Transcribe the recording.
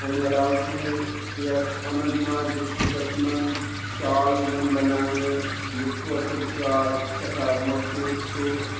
امہِ علاوٕ چھِ یَتھ اننت ناگ ڈِسٹِرٛکَس منٛز شال یِوان بناونہٕ یُس کٲشُر شال سٮ۪ٹھاہ مہشوٗر چھُ